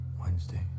Wednesday